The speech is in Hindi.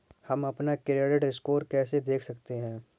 हम अपना क्रेडिट स्कोर कैसे देख सकते हैं?